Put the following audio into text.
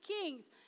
kings